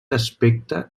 aspecte